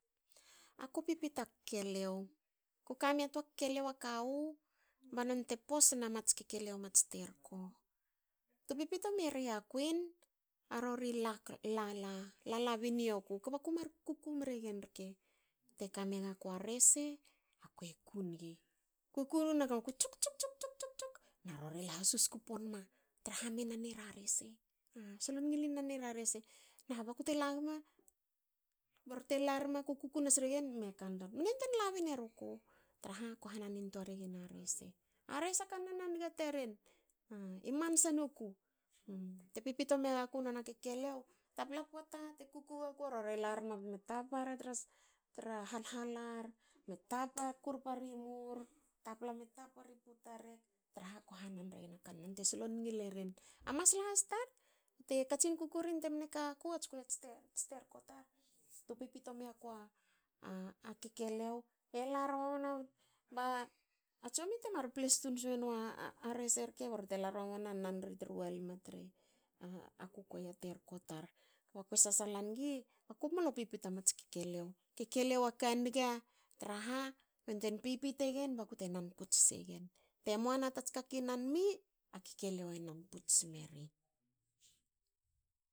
Aku pipito a keliou. ku kamia a toa keliou a kawu ba noni te posna mats kekeliou mats terko. Te pipito miria kuin. a rori lala bin yoku kba ku mar kuku mregin rke te kame gaku a rese. aku eku nigi ko kuku nigi naku,"tsuk tsuk tsuk tsuk,"na rori la hasusku ponma traha me nan era rese. solon ngili nana era rese. Naha bakute lagme ba rorte larme. ko kuku nas regen me kantoar. mne yantuen labin eruku traha ko hanan intua regen a rese. a rese a kannan a niga taren i mansa noku. Te pipito megaku nona kekeliou. tapla pota te kuku gaku. rore larme bteme tapari tra- tra hal- halar. me tapa. kurpa ri mur- tapla me tapa ri puta rek traha ko hanan regen a kannan te solon ngil eren. A masla has tar te katsin kuku rin temne ka gaku. ats kukuei ats terko tar tu pipito miaku a kekeliou. e lar mamana ba tsomi temar ple tun smena rese rke. ba rori te lar mamana nan ri tru walme tre a kukuei a terko tar. kba kue sasala nigi aku mlo pipito mats kekeliou. Kekeliou aka niga traha ko yantuein pipito egen bakute nan puts segen. te muana tats ka ki nana mi. a kekeliou e nan puts smeri